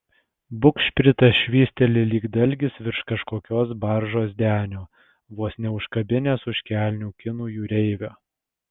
bugšpritas švysteli lyg dalgis virš kažkokios baržos denio vos neužkabinęs už kelnių kinų jūreivio